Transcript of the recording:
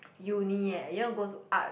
uni eh you want to go to art